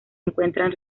encuentran